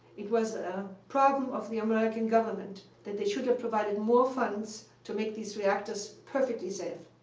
it was a problem of the american government that they should've provided more funds to make these reactors perfectly safe.